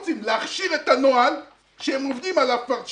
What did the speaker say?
להכשיל את הנוהל שהם עובדים עליו כבר שנתיים,